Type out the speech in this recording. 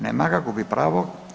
Nema ga, gubi pravo.